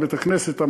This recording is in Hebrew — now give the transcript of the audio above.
את בית-הכנסת,